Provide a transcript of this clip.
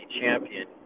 champion